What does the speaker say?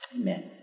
Amen